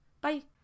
Bye